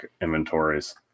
inventories